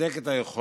לחזק את היכולת